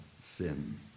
sin